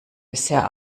bisher